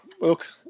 look